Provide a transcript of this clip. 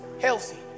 healthy